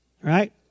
Right